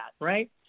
Right